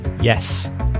yes